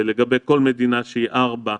ולגבי כל מדינה שהיא 4,